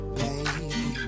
baby